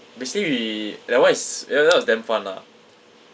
basically we that one is ya that was damn fun lah